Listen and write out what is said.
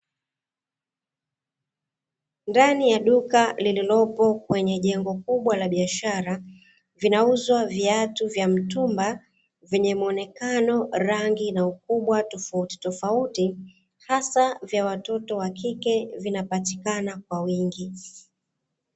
Ndani ya duka lililopo kwenye jengo kubwa la biashara vinauzwa viatu vya mtumba vyenye muonekano rangi na ukubwa tofauti tofauti hasa vya watoto wa kike vinapatikana kwa wingi.